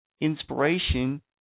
inspiration